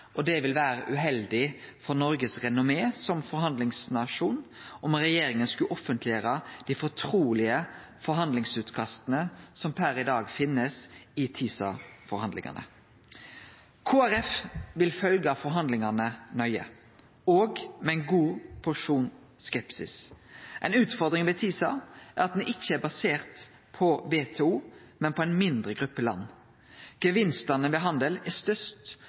det ville vere uheldig for Noregs renommé som forhandlingsnasjon om regjeringa skulle offentleggjere dei fortrulege forhandlingsutkasta som per i dag finst, i TISA-forhandlingane. Kristeleg Folkeparti vil følgje forhandlingane nøye – og med ein god porsjon skepsis. Ei utfordring med TISA er at den ikkje er basert på WTO, men på ei mindre gruppe land. Gevinstane ved handel er størst